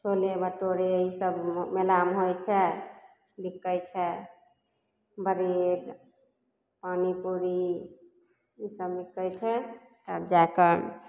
छोले भटूरे ईसब मेलामे होइ छै बिकै छै बरेड पानि पूरी ईसब बिकै छै तब जा कऽ